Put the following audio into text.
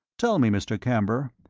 tell me, mr. camber,